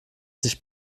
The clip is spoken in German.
sich